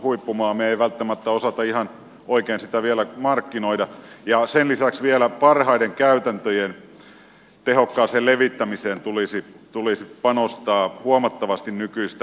me emme välttämättä osaa ihan oikein sitä vielä markkinoida ja sen lisäksi vielä parhaiden käytäntöjen tehokkaaseen levittämiseen tulisi panostaa huomattavasti nykyistä enemmän